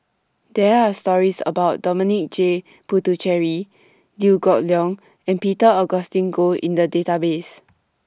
There Are stories about Dominic J Puthucheary Liew Geok Leong and Peter Augustine Goh in The Database